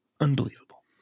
Unbelievable